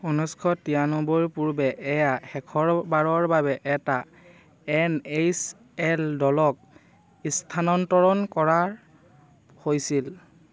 ঊনৈছশ তিৰান্নব্বৈৰ পূৰ্বে এয়া শেষবাৰৰ বাবে এটা এন এইচ এল দলক স্থানান্তৰণ কৰা হৈছিল